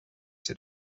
that